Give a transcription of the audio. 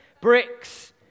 Bricks